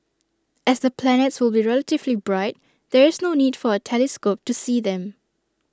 as the planets will be relatively bright there is no need for A telescope to see them